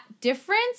difference